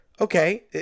Okay